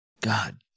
God